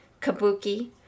Kabuki